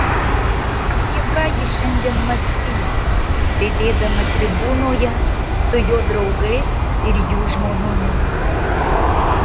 apie ką ji šiandien mąstys sėdėdama tribūnoje su jo draugais ir jų žmonomis